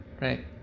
right